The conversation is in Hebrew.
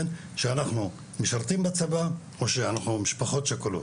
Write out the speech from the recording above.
שאנחנו משרתים בצבא או שאנחנו משפחות שכולות.